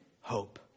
Hope